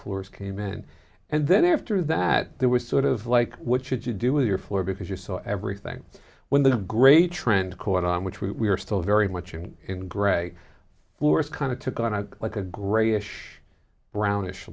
floors came in and then after that there was sort of like what should you do with your floor because you saw everything when the great trend caught on which we are still very much in in grey floors kind of took on a like a grayish brownish